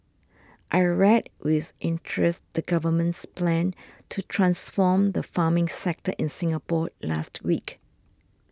I read with interest the Government's plan to transform the farming sector in Singapore last week